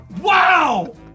Wow